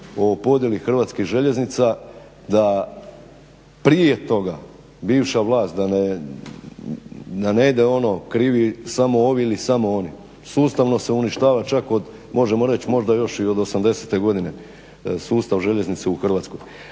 o podjeli hrvatskih željeznica da prije toga, bivša vlast, da ne ide ono, krivi samo ovi ili samo oni, sustavno se uništava čak od, možemo reći možda još i od 80-e godine sustav željeznice u Hrvatskoj.